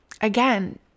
again